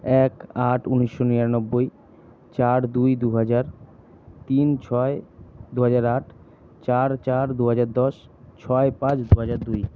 এক আট উনিশশো নিরানব্বই চার দুই দুহাজার তিন ছয় দুহাজার আট চার চার দুহাজার দশ ছয় পাঁচ দুহাজার দুই